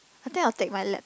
I think I'll take my lap